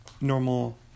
normal